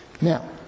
Now